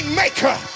maker